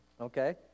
okay